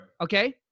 okay